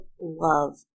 love